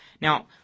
Now